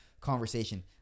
conversation